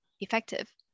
effective